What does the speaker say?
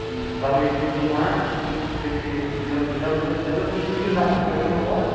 تَوَے چھُس بہٕ وَنان تُہۍ کٔرِیو جلد جلد چھا جلد تہٕ یُن نفر بہٕ یِمہو نہٕ اور